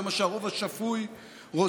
זה מה שהרוב השפוי רוצה,